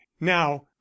now